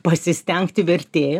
pasistengti vertėjo